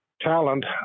talent